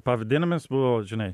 pavadinimas buvo žinai